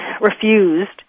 refused